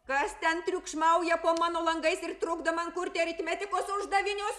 kas ten triukšmauja po mano langais ir trukdo man kurti aritmetikos uždavinius